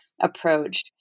approach